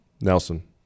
Nelson